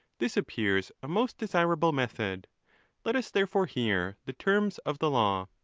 this appears a most desirable method let us therefore hear the terms of the law.